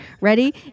ready